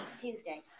Tuesday